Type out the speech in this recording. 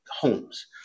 homes